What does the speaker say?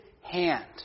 hand